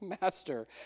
master